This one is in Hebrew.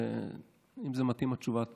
ואם התשובה מתאימה,